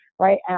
right